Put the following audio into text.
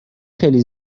خیلی